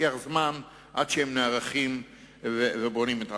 לוקח זמן עד שהם נערכים ובונים את עצמם,